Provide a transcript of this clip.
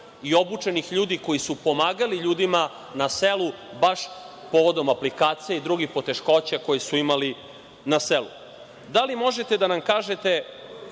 i obučenih ljudi koji su pomagali ljudima na selu baš povodom aplikacija i drugih poteškoća koje su imali na selu? Da li možete da nam kažete